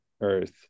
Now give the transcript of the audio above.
earth